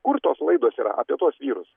kur tos laidos yra apie tuos vyrus